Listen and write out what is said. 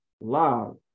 love